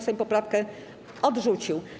Sejm poprawkę odrzucił.